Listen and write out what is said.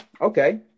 Okay